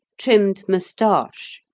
trimmed moustache,